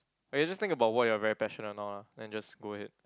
okay just think about what you are very passionate now lah then just go ahead